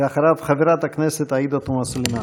ואחריו, חברת הכנסת עאידה תומא סלימאן.